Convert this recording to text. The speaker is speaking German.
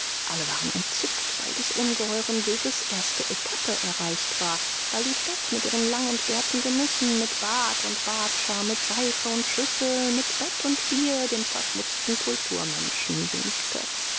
alle waren entzückt weil des ungeheuren weges erste etappe erreicht war weil die stadt mit ihren lang entbehrten genüssen mit bad und bartscher mit seife und schüssel mit bett und bier dem verschmutzten kulturmenschen winkte